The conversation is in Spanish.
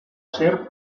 ser